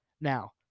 Now